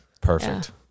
Perfect